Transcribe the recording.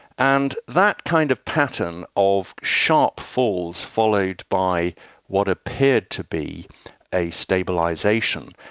and that kind of pattern of sharp falls followed by what appeared to be a stabilisation.